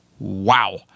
Wow